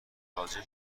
راجع